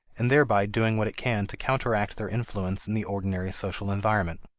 and thereby doing what it can to counteract their influence in the ordinary social environment.